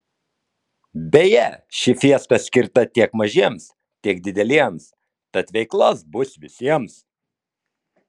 beje ši fiesta skirta tiek mažiems tiek dideliems tad veiklos bus visiems